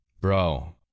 bro